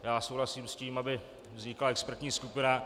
Já souhlasím s tím, aby vznikla expertní skupina.